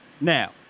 Now